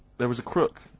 there was a crook,